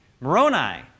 Moroni